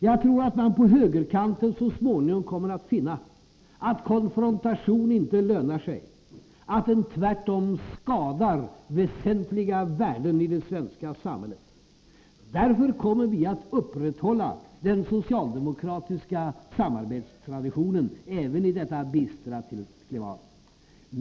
Jag tror att man på högerkanten så småningom kommer att finna att konfrontation inte lönar sig, att den tvärtom skadar väsentliga värden i det svenska samhället. Därför kommer vi att upprätthålla den socialdemokratiska samarbetstraditionen, även i detta bistra klimat.